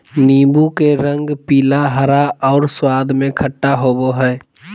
नीबू के रंग पीला, हरा और स्वाद में खट्टा होबो हइ